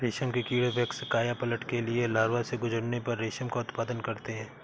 रेशम के कीड़े वयस्क कायापलट के लिए लार्वा से गुजरने पर रेशम का उत्पादन करते हैं